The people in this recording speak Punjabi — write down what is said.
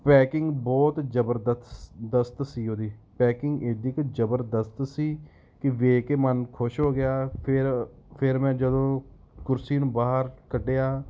ਪੈਕਿੰਗ ਬਹੁਤ ਜ਼ਬਰਦਸਤ ਦਸਤ ਸੀ ਉਹਦੀ ਪੈਕਿੰਗ ਐਡੀ ਕੁ ਜ਼ਬਰਦਸਤ ਸੀ ਕਿ ਵੇਖ ਕੇ ਮਨ ਖੁਸ਼ ਹੋ ਗਿਆ ਫਿਰ ਫਿਰ ਮੈਂ ਜਦੋਂ ਕੁਰਸੀ ਨੂੰ ਬਾਹਰ ਕੱਢਿਆ